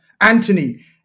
Anthony